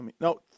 No